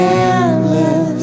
endless